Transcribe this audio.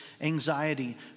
anxiety